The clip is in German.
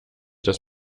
dass